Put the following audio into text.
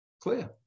Clear